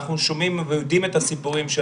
אנחנו שומעים ויודעים את הסיפורים של